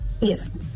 Yes